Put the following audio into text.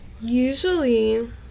Usually